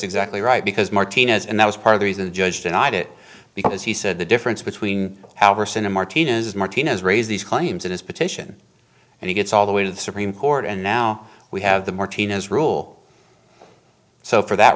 exactly right because martinez and that was part of the reason the judge denied it because he said the difference between our sin and martina's martinez raise these claims in his petition and he gets all the way to the supreme court and now we have the martinez rule so for that